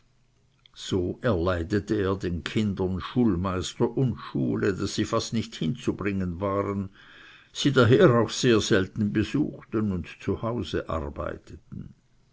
so erleidete er den kindern schulmeister und schule daß sie fast nicht hinzubringen waren sie daher auch selten besuchten und zu hause arbeiteten